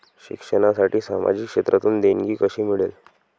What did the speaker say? शिक्षणासाठी सामाजिक क्षेत्रातून देणगी कशी मिळेल?